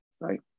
right